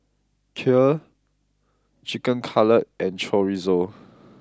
Kheer Chicken Cutlet and Chorizo